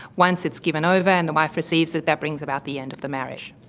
once it's given over and the wife receives it, that brings about the end of the marriage.